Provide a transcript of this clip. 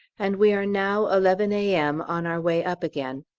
and we are now, eleven a m, on our way up again.